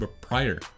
prior